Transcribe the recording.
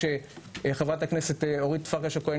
חברת הכנסת אורית פרקש הכהן,